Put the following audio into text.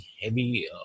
heavy